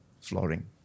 flooring